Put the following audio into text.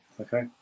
okay